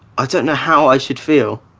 i don't know how i should feel.